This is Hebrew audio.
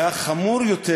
והחמור יותר,